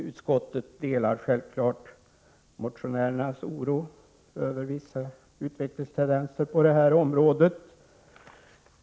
Utskottet delar självfallet motionärernas oro över vissa utvecklingstendenser på detta område.